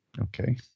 Okay